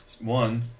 One